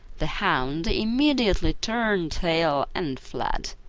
the hound immediately turned tail and fled.